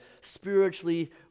spiritually